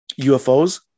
UFOs